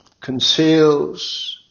conceals